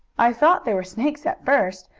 i thought they were snakes, at first,